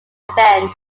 revenge